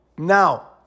Now